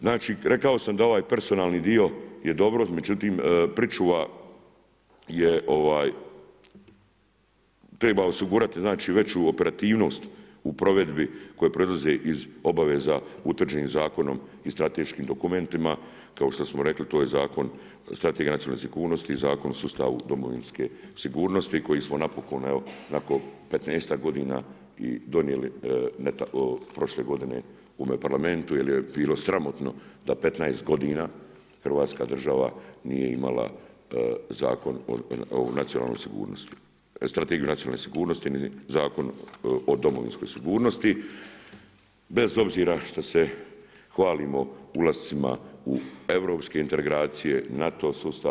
Znači, rekao sam da ovaj personalni dio je dobro, međutim, pričuva je, treba osigurati veću operativnost u provedbi koje proizlaze iz obaveza utvrđenim zakonom i strateškim dokumentima, kao što smo rekli Zakon strategije nacionalne sigurnosti i Zakon o sustavu domovinske sigurnosti, koji smo napokon, evo, nakon 15-tak godina i donijeli prošle godine u ovom Parlamentu, jer je bilo sramotno da 15 g. Hrvatska država nije imala Zakon o nacionalnoj sigurnosti, strategiju nacionalne sigurnosti Zakon o domovinskoj sigurnosti bez obzira šta se hvalimo ulascima u europske integracije, NATO sustav.